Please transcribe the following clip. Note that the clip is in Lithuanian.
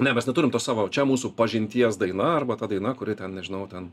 ne mes neturim tos savo čia mūsų pažinties daina arba ta daina kuri ten nežinau ten